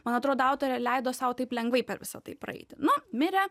man atrodo autorė leido sau taip lengvai per visą tai praeiti nu mirė